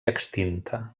extinta